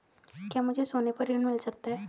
क्या मुझे सोने पर ऋण मिल सकता है?